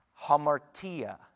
hamartia